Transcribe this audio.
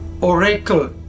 Oracle